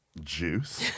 juice